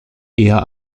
eher